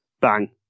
bang